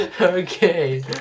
okay